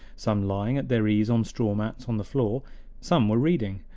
some lying at their ease on straw mats on the floor some were reading,